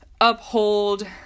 uphold